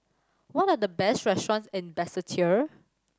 what are the best restaurants in Basseterre